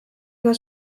ega